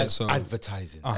Advertising